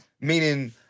Meaning